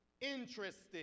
interesting